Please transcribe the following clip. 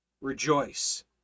rejoice